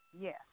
Yes